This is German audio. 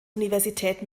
universität